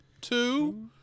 Two